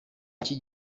iki